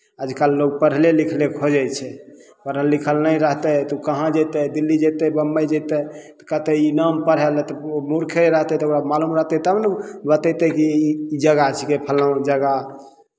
आजकल लोक पढ़ले लिखले खोजै छै पढ़ल लिखल नहि रहतै तऽ ओ कहाँ जयतै दिल्ली जयतै बम्बइ जयतै कहतै ई नाम पढ़य लेल तऽ ओ मूर्खे रहतै तऽ ओकरा मालूम रहतै तब ने बतयतै कि ई जगह छिकै फल्लाँ जगह